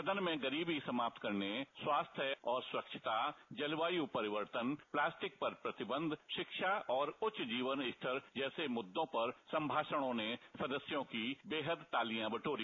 सदन में गरीबी समाप्त करने स्वास्थ्य और स्वच्छता जलवायु परिवर्तन प्लास्टिक पर प्रतिबंध शिक्षा और उच्च जीवन स्तर जैसे मुद्दों पर संभाषणों ने सदस्यों की बेहद तालियां बटोरी